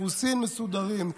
אירוסין מסודרים.